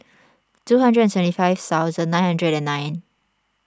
two hundred and seventy five thousand nine hundred and nine